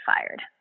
fired